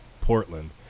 Portland